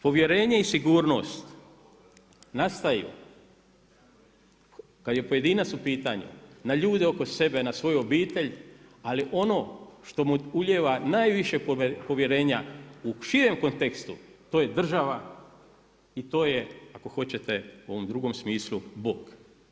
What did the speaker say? Povjerenje i sigurnost nastaju kad je pojedinac u pitanju na ljude oko sebe, na svoju obitelj, ali ono što mu ulijeva najviše povjerenja u širem kontekstu to je država i to je ako hoćete u ovom drugom smislu Bog.